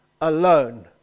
alone